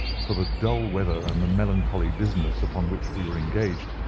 for the dull weather and the melancholy business upon which we were engaged,